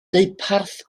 deuparth